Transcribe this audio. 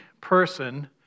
person